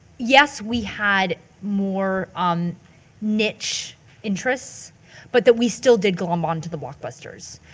yes we had more um niche interests but that we still did glom onto the blockbusters.